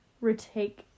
retake